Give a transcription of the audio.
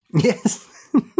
Yes